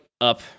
up